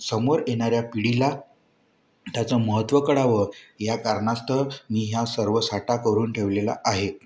समोर येणाऱ्या पिढीला ह्याचं महत्त्व कळावं ह्या कारणास्तव मी ह्या सर्व साठा करून ठेवलेला आहे